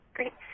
Great